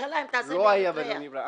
לא היה ולא נברא.